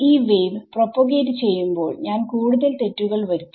ഈ വേവ്പ്രൊപോഗേറ്റ് ചെയ്യുമ്പോൾ ഞാൻ കൂടുതൽ തെറ്റുകൾ വരുത്തും